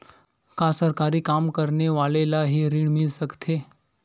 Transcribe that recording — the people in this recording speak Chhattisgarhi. का सरकारी काम करने वाले ल हि ऋण मिल सकथे?